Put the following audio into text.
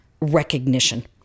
recognition